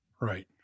Right